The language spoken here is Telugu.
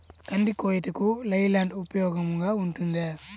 కంది కోయుటకు లై ల్యాండ్ ఉపయోగముగా ఉంటుందా?